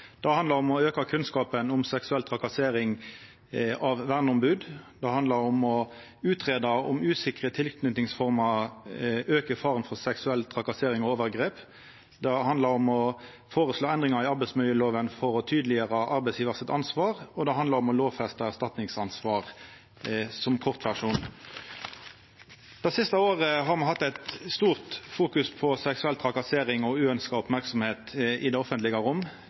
Det handlar om å auka kunnskapen om seksuell trakassering blant verneombod, om å greia ut om usikre tilknytingsformer aukar faren for seksuell trakassering og overgrep, om å føreslå endringar i arbeidsmiljøloven for å tydeleggjera arbeidsgjevar sitt ansvar, og om å lovfesta erstatningsansvar – som ein kortversjon. Det siste året har det vore fokusert mykje på seksuell trakassering og uønskt merksemd i det offentlege rom.